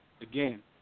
again